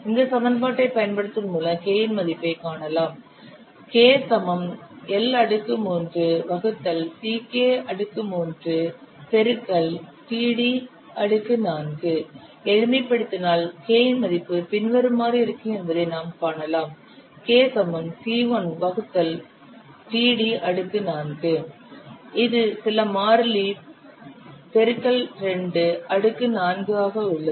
இந்த சமன்பாட்டைப் பயன்படுத்துவதன் மூலம் K இன் மதிப்பை காணலாம் எளிமைப்படுத்தினால்K இன் மதிப்பு பின்வருமாறு இருக்கும் என்பதை நாம் காணலாம் இது சில மாறிலி பெருக்கல் 2 அடுக்கு 4 ஆக உள்ளது